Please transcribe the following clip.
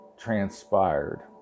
transpired